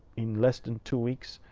in less than two weeks,